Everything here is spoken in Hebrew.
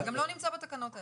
זה גם לא נמצא בתקנות האלה.